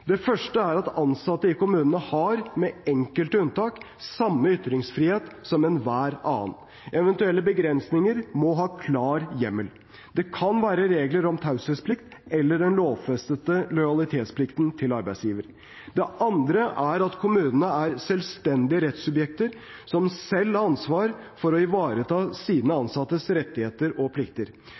Det første er at ansatte i kommunene har – med enkelte unntak – samme ytringsfrihet som enhver annen. Eventuelle begrensninger må ha klar hjemmel. Det kan være regler om taushetsplikt eller den lovfestede lojalitetsplikten til arbeidsgiver. Det andre er at kommunene er selvstendige rettssubjekter som selv har ansvar for å ivareta sine ansattes rettigheter og plikter.